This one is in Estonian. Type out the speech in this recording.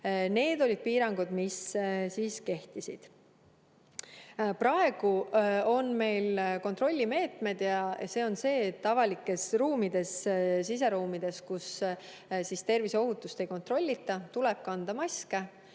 Need olid piirangud, mis siis kehtisid. Praegu on meil kontrollimeetmed. Avalikes siseruumides, kus terviseohutust ei kontrollita, tuleb kanda maske.